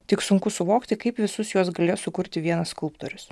tik sunku suvokti kaip visus juos galėjo sukurti vienas skulptorius